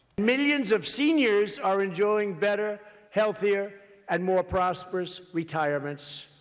millions of seniors are enjoying better healthier and more prosperous retirements.